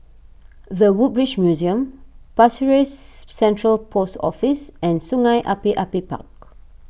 the Woodbridge Museum Pasir Ris Central Post Office and Sungei Api Api Park